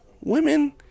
women